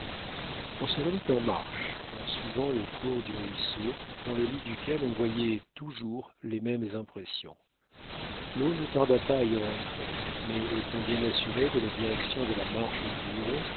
on se remit en marche en suivant le cours du ruisseau dans le lit duquel on voyait toujours les mêmes impressions l'eau ne tarda pas à y rentrer mais étant bien assurés de la direction de la marche du